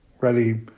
ready